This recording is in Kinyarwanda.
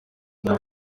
nabo